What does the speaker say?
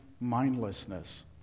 mindlessness